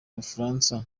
bufaransa